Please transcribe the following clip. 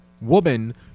woman